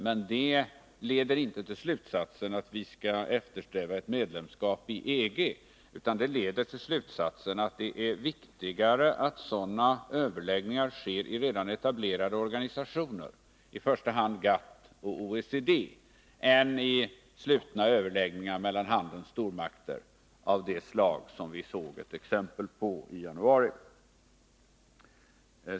Men det leder inte mig till slutsatsen att vi skall eftersträva ett medlemskap i EG; det är viktigare att sådana överläggningar sker i redan etablerade organisationer, i första hand GATT och OECD, än i slutna överläggningar mellan handelns stormakter av det slag som vi såg ett exempel på i januari.